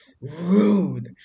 Rude